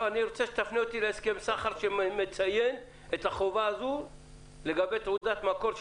אני רוצה שתפנה אותי להסכם סחר שמציין את החובה הזאת לגבי תעודת מקור,